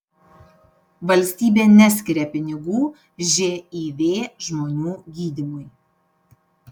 valstybė neskiria pinigų živ žmonių gydymui